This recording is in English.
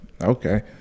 Okay